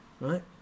right